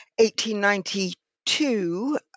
1892